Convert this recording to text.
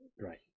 Right